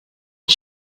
her